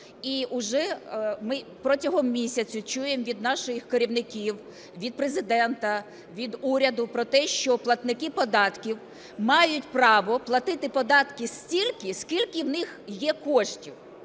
і уже ми протягом місяця чуємо від наших керівників, від Президента, від уряду про те, що платники податків мають право платити податки стільки скільки в них є коштів.